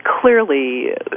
clearly